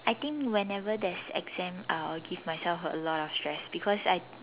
I think whenever there is exam I will give myself a lot of stress because I